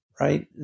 right